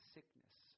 Sickness